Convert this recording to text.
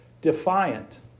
defiant